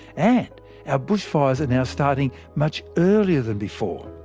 and our bushfires are now starting much earlier than before.